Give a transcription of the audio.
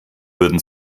würden